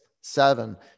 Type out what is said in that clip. seven